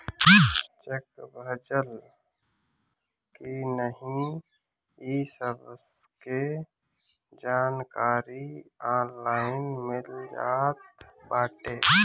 check भजल की नाही इ सबके जानकारी ऑनलाइन मिल जात बाटे